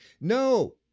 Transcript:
No